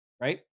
right